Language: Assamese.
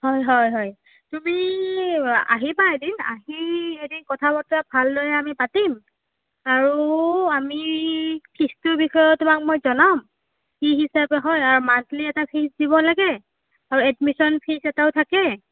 হয় হয় হয় তুমি আহিবা এদিন আহি এদিন কথা বাৰ্তা ভালদৰে আমি পাতিম আৰু আমি ফিজটোৰ বিষয়েও তোমাক মই জনাম কি হিচাপে হয় আৰু মান্থলি এটা ফিজ দিব লাগে আৰি এডমিচন ফিজ এটাও থাকে